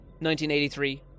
1983